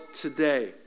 today